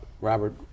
Robert